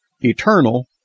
eternal